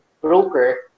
broker